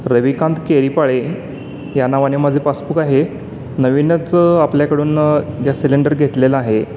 रविकांत केरीपाळे या नावाने माझे पासबुक आहे नवीनच आपल्याकडून गॅस सिलेंडर घेतलेला आहे